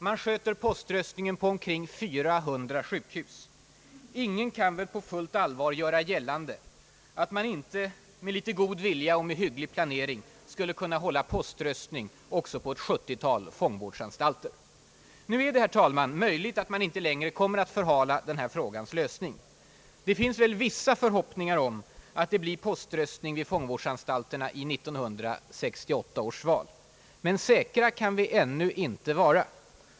Man sköter poströstningen på omkring 400 sjukhus. Ingen kan väl på fullt allvar göra gällande att man inte med litet god vilja och hygglig planering skulle kunna hålla poströstning på ett 70-tal fångvårdsanstalter. Nu är det, herr talman, möjligt att man inte längre kommer att förhala den här frågans lösning. Det finns väl vissa förhoppningar om att det blir poströstning vid fångvårdsanstalterna i 1968 års val. Men säkra kan vi ännu inte vara.